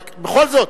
רק בכל זאת,